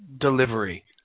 delivery